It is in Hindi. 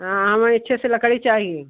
हाँ हमें अच्छी से लकड़ी चाहिए